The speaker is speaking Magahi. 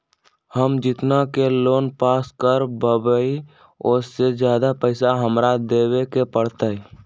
हम जितना के लोन पास कर बाबई ओ से ज्यादा पैसा हमरा देवे के पड़तई?